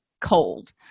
cold